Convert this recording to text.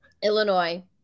Illinois